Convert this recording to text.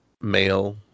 male